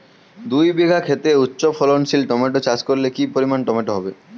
দুই বিঘা খেতে উচ্চফলনশীল টমেটো চাষ করলে কি পরিমাণ টমেটো হবে?